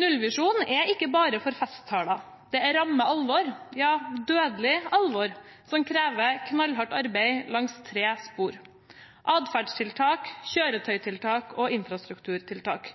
Nullvisjonen er ikke bare for festtaler. Den er ramme alvor, ja dødelig alvor som krever knallhardt arbeid langs tre spor: atferdstiltak, kjøretøytiltak og infrastrukturtiltak.